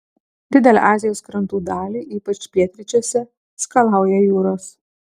didelę azijos krantų dalį ypač pietryčiuose skalauja jūros